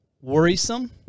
worrisome